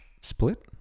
Split